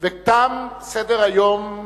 ותם סדר-היום היום.